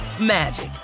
magic